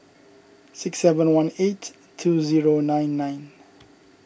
six seven one eight two zero nine nine